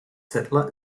settler